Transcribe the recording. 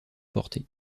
portée